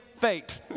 fate